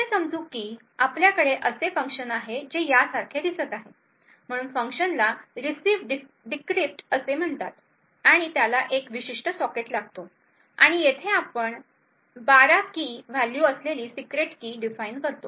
असे समजू की आपल्याकडे असे फंक्शन आहे जे यासारखे दिसत आहे म्हणून फंक्शनला RecvDecrypt असे म्हणतात आणि त्याला एक विशिष्ट सॉकेट लागतो आणि येथे आपण १२ की व्हॅल्यू असलेली सीक्रेट की डिफाइन करतो